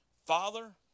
Father